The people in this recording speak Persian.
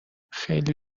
خیلی